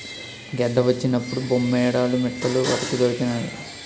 గెడ్డ వచ్చినప్పుడు బొమ్మేడాలు మిట్టలు వలకి దొరికినాయి